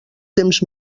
temps